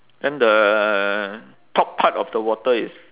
then the top part of the water is